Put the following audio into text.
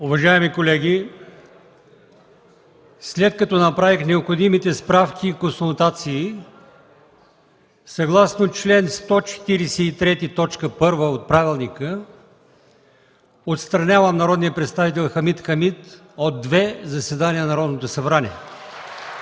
Уважаеми колеги, след като направих необходимите справки и консултации, съгласно чл. 143, ал. 1 от правилника отстранявам народния представител Хамид Хамид от две заседания на Народното събрание.